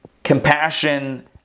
compassion